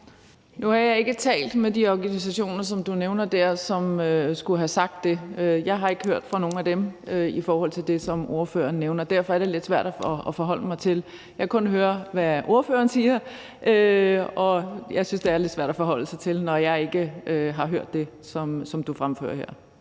Nu har jeg ikke talt med de organisationer, som du nævner der, og som skulle have sagt det. Jeg har ikke hørt fra nogen af dem i forhold til det, som spørgeren nævner, og derfor er det lidt svært at forholde sig til. Jeg kan kun høre, hvad spørgeren siger, og jeg synes, det er lidt svært at forholde sig til, når jeg ikke har hørt det, som du fremfører her.